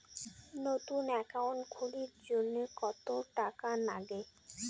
নতুন একাউন্ট খুলির জন্যে কত টাকা নাগে?